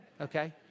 Okay